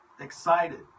Excited